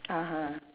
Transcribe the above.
(uh huh)